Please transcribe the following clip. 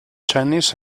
tennis